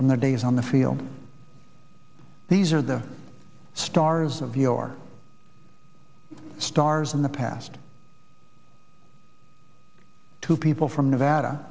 from their days on the field these are the stars of your stars in the past two people from nevada